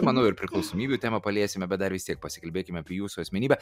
manau ir priklausomybių temą paliesime bet dar vis tiek pasikalbėkime apie jūsų asmenybę